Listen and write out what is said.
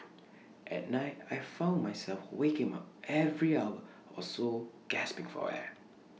at night I found myself waking up every hour or so gasping for air